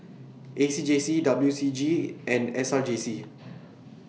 A C J C W C G and S R J C